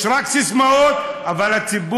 יש רק סיסמאות, אבל הציבור